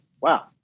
Wow